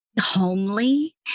homely